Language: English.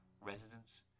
residents